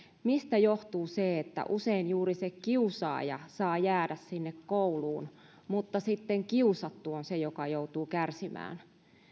mistä johtuu se että usein juuri se kiusaaja saa jäädä sinne kouluun mutta sitten kiusattu on se joka joutuu kärsimään